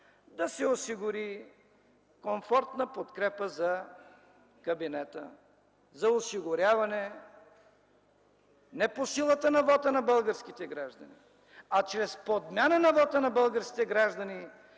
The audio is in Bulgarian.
да се осигури комфортна подкрепа за кабинета за осигуряване не по силата на вота българските граждани, а чрез подмяна на вота на българските граждани,